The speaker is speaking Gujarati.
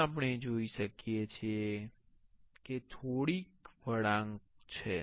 અહીં આપણે જોઈ શકીએ છીએ કે થોડી વળાંક છે